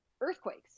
earthquakes